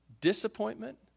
disappointment